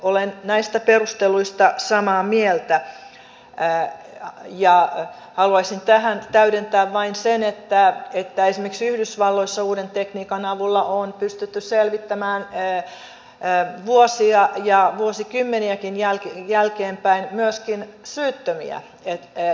olen näistä perusteluista samaa mieltä ja haluaisin tähän täydentää vain sen että esimerkiksi yhdysvalloissa uuden tekniikan avulla on pystytty selvittämään vuosia ja vuosikymmeniäkin jälkeenpäin myöskin syyttömyyttä